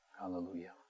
Hallelujah